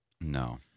No